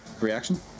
reaction